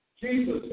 Jesus